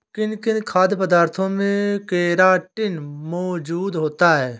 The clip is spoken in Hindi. किन किन खाद्य पदार्थों में केराटिन मोजूद होता है?